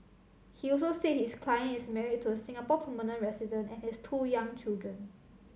he also said his client is married to a Singapore permanent resident and has two young children